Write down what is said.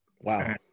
Wow